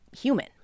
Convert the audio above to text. human